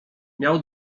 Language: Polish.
miał